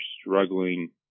struggling